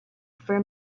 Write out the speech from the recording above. for